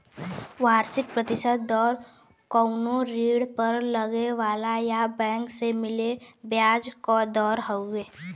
वार्षिक प्रतिशत दर कउनो ऋण पर लगे वाला या बैंक से मिले ब्याज क दर हउवे